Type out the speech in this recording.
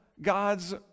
God's